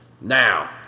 Now